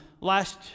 last